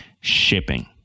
shipping